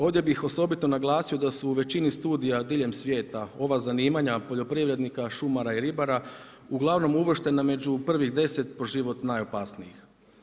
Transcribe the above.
Ovdje bih osobito naglasio da su u većini studija diljem svijeta ova zanimanja poljoprivrednika, šumara i ribara uglavnom uvrštena među prvih deset po život najopasnijih.